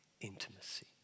intimacy